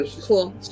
Cool